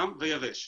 חם ויבש.